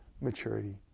maturity